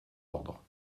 ordre